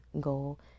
goal